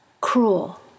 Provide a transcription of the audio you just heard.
cruel